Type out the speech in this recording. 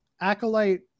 acolyte